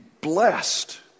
blessed